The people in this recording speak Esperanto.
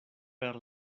per